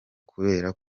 kubera